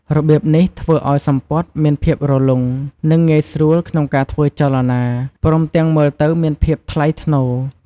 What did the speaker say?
របៀបនេះធ្វើឲ្យសំពត់មានភាពរលុង និងងាយស្រួលក្នុងការធ្វើចលនា ព្រមទាំងមើលទៅមានភាពថ្លៃថ្នូរ។